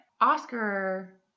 Oscar